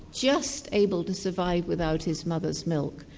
just able to survive without his mother's milk,